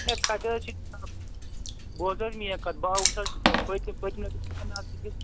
ہَے کَتہِ حظ چھِ جِناب بوز حظ میٛٲنۍ کَتھ بہٕ آوُس اَز پٔتۍمہِ پٔتۍمہِ لٹہٕ نظرِ